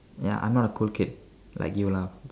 ya I'm not a cool kid like you lah